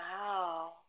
Wow